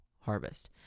harvest